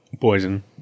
poison